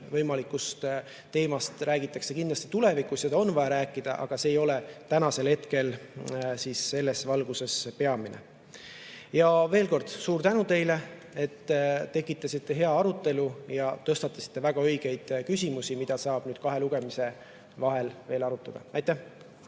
pakenditeemast räägitakse kindlasti tulevikus palju, sellest on vaja rääkida, aga tänasel hetkel see ei ole selles valguses peamine. Veel kord suur tänu teile, et tekitasite hea arutelu ja tõstatasite väga õigeid küsimusi, mida saab nüüd kahe lugemise vahel arutada. Aitäh!